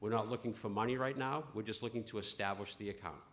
we're not looking for money right now we're just looking to establish the